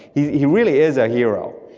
he he really is a hero,